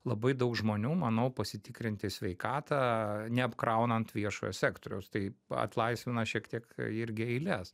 labai daug žmonių manau pasitikrinti sveikatą neapkraunant viešojo sektoriaus taip atlaisvina šiek tiek irgi eiles